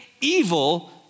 evil